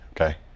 okay